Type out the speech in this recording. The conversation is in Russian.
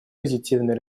позитивные